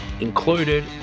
included